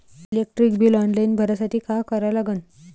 Electric bill online भरासाठी का करा लागन?